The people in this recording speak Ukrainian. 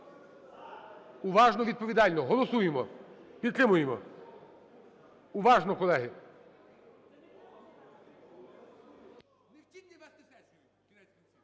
Уважно і відповідально голосуємо. Підтримуємо. Уважно, колеги.